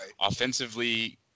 offensively